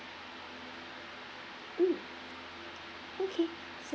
mm okay so